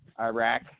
Iraq